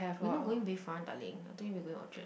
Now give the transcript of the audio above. we not going Bayfront darling I told you we're going Orchard